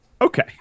Okay